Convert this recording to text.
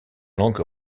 langues